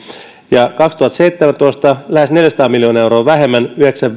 ja kaksituhattaseitsemäntoista lähes neljäsataa miljoonaa euroa vähemmän yhdeksän